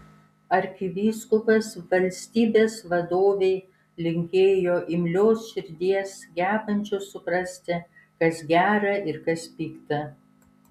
arkivyskupas valstybės vadovei linkėjo imlios širdies gebančios suprasti kas gera ir kas pikta